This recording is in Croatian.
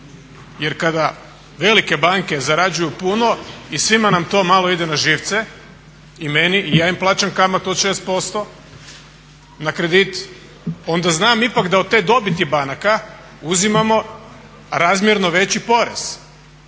Jer kada velike banke zarađuju puno i svima nam to malo ide na živce, i meni, i ja im plaćam kamatu od 6% na kredit, onda znam ipak da od te dobiti banaka uzimamo razmjerno veći porez.